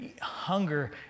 hunger